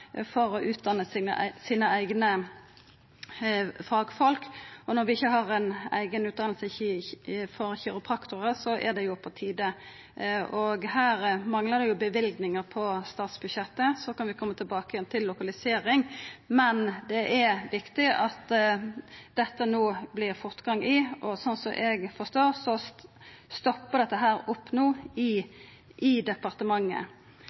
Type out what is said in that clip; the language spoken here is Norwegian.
for å utdanna sine eigne fagfolk, og når vi ikkje har ei eiga utdanning for kiropraktorar, er det på tide. Her manglar det løyvingar på statsbudsjettet. Så kan vi koma tilbake til lokalisering, men det er viktig at det vert fortgang i dette. Slik eg forstår det, stoppar dette no opp i departementet. Eg vil òg framheva kor viktig det er med fleire fysioterapeutar i